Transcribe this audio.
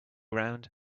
around